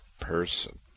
person